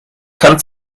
kann